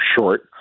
short